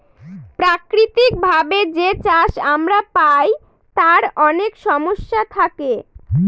প্রাকৃতিক ভাবে যে চাষ আমরা পায় তার অনেক সমস্যা থাকে